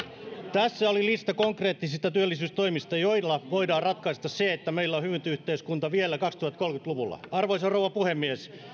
tässä oli lista konkreettisista työllisyystoimista joilla voidaan ratkaista se että meillä on hyvinvointiyhteiskunta vielä kaksituhattakolmekymmentä luvulla arvoisa rouva puhemies